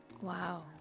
Wow